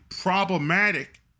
problematic